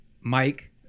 Mike